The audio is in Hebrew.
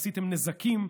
עשיתם נזקים,